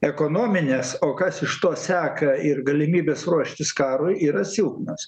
ekonominės o kas iš to seka ir galimybės ruoštis karui yra silpnos